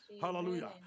Hallelujah